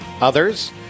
others